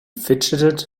fidgeted